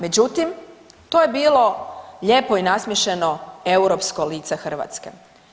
Međutim, to je bilo lijepo i nasmiješeno europsko lice Hrvatske.